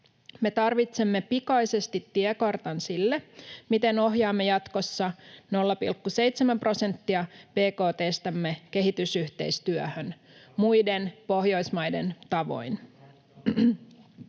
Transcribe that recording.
Me tarvitsemme pikaisesti tiekartan sille, miten ohjaamme jatkossa 0,7 prosenttia bkt:stämme kehitysyhteistyöhön muiden Pohjoismaiden tavoin.